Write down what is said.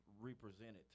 represented